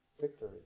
victory